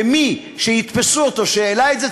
ומי שיתפסו אותו שהעלה את זה,